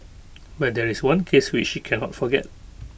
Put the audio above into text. but there is one case which she can not forget